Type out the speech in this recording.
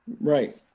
right